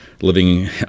living